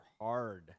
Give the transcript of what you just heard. hard